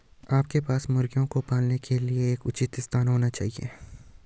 आपके पास मुर्गियों को पालने के लिए एक उचित स्थान होना चाहिए